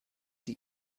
die